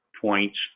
points